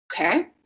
okay